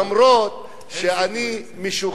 אדוני השר,